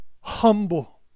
Humble